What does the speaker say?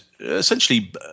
essentially